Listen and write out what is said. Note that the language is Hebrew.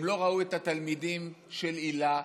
הם לא ראו את התלמידים של היל"ה,